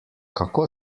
kako